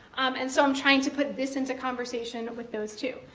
and so i'm trying to put this into conversation with those two.